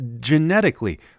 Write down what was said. genetically